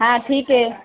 हा ठीक आहे